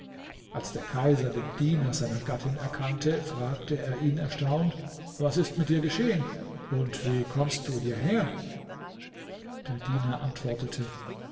als der kaiser den diener seiner gattin erkannte fragte er ihn erstaunt was ist dir geschehen und wie kommst du hierher der diener antwortete